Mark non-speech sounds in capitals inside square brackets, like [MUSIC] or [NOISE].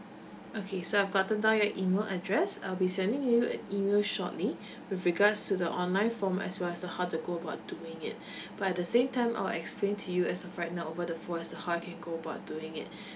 okay so I've gotten down your email address I'll be sending you an email shortly with regards to the online form as well as uh how to go about doing it [BREATH] but at the same time I'll explain to you as of right now over the phone as to how you can go about doing it